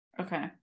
okay